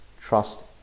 Trust